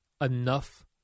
enough